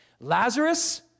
Lazarus